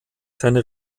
seine